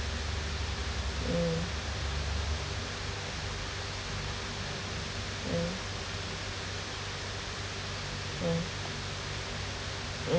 mm mm mm